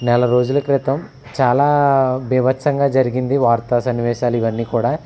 నెల రోజుల క్రితం చాలా బీభత్సంగా జరిగింది వార్తా సన్నివేశాలు ఇవన్నీ కూడా